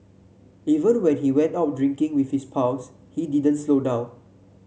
even when he went out drinking with his pals he didn't slow down